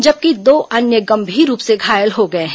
जबकि दो अन्य गंभीर रूप से घायल हो गए हैं